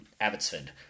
Abbotsford